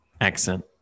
accent